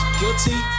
guilty